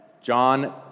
John